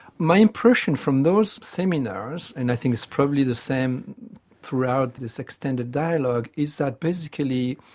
my impression from those seminars, and i think it's probably the same throughout this extended dialogue, is that basically